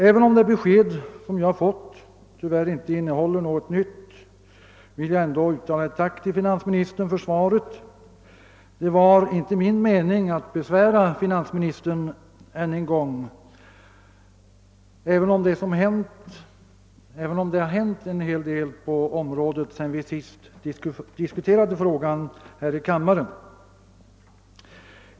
Även om det besked som jag har fått tyvärr inte innehåller något nytt vill jag ändå tacka finansministern för svaret. Det var inte min mening att än en gång besvära finansministern, även om det har hänt en del på området sedan vi senast diskuterade frågan här i kammaren.